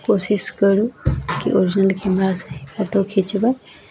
कोशिश करू कि ओरिजिनल कैमरासे ही फोटो खिचबै